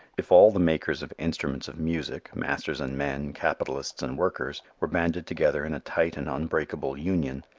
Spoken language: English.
if all the makers of instruments of music, masters and men, capitalists and workers, were banded together in a tight and unbreakable union,